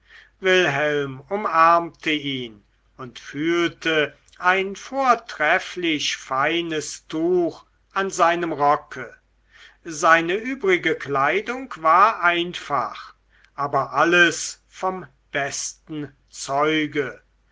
wilhelm umarmte ihn und fühlte ein vortrefflich feines tuch an seinem rocke seine übrige kleidung war einfach aber alles vom besten zeuge